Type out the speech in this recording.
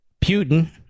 Putin